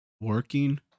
working